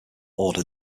order